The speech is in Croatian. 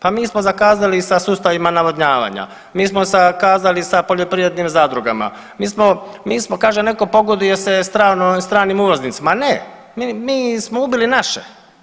Pa mi smo zakazali sa sustavima navodnjavanja, mi smo zakazali sa poljoprivrednim zadrugama, mi smo, kaže neko pogoduje se stranim uvoznicima, ne, mi smo ubili naše.